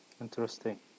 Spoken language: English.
Interesting